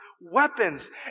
weapons